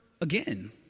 again